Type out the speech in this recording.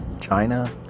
China